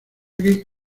aquí